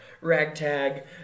ragtag